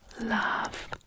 love